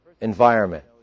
environment